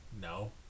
No